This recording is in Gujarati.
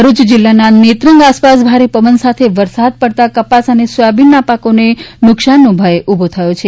ભરૂચ જિલ્લાના નેત્રંગ આસપાસ ભારે પવન સાથે વરસાદ પડતા કપાસ અને સોયાબિનનાં પાકોને નુકસાનનો ભય ઊભો થયો છે